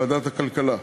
לוועדת הכלכלה.